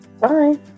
Bye